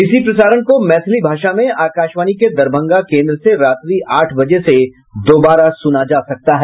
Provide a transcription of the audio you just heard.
इसी प्रसारण को मैथिली भाषा में आकाशवाणी के दरभंगा केन्द्र से रात्रि आठ बजे से दोबारा सुना जा सकता है